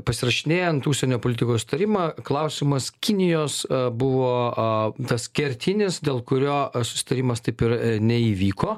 pasirašinėjant užsienio politikos tarimą klausimas kinijos buvo tas kertinis dėl kurio susitarimas taip ir neįvyko